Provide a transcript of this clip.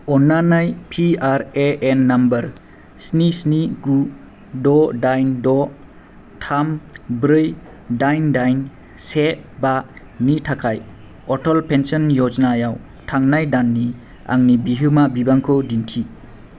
अन्नानै PRAN number स्नि स्नि गु द' दाइन द' थाम ब्रै दाइन दाइन से बानि थाखाय अटल पेन्सन य'जनायाव थांनाय दाननि आंनि बिहोमा बिबांखौ दिन्थि